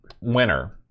winner